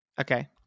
Okay